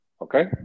Okay